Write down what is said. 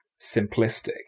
simplistic